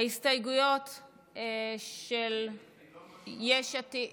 ההסתייגויות של יש עתיד.